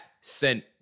sent